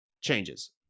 changes